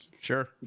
sure